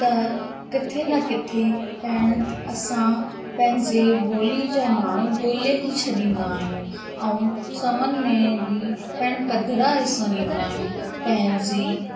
त किथे न किथे पिण असां पंहिंजे ॿोली जा माण्हू ॻोल्हे ई छॾींदा आहियूं ऐं सौवनि में बि पिण पदिरा ॾिसणु ईंदा आहियूं पंहिंजी